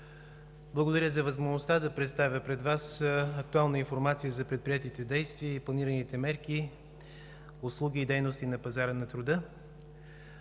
Благодаря за възможността да представя пред Вас актуална информация за предприетите действия и планираните мерки, услуги и дейности на пазара на труда.